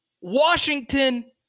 Washington